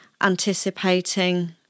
anticipating